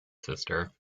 sister